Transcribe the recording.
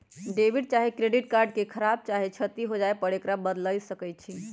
debit चाहे credit card के खराप चाहे क्षति हो जाय पर एकरा बदल सकइ छी